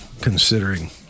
considering